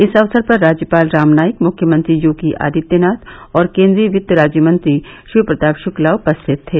इस अवसर पर राज्यपाल राम नाईक मुख्यमंत्री योगी आदित्यनाथ और केन्द्रीय वित्त राज्य मंत्री शिवप्रताप शुक्ला उपस्थित थे